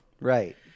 Right